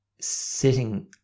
sitting